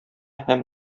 һәм